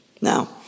Now